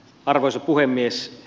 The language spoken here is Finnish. arvoisa puhemies